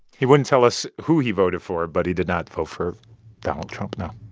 he wouldn't tell us who he voted for, but he did not vote for donald trump, no